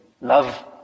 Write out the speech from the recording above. love